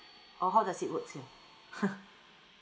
or how does it work here